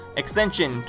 extension